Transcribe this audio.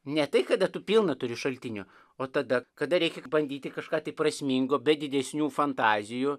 ne tai kada tu pilna turi šaltinių o tada kada reikia bandyti kažką tai prasmingo be didesnių fantazijų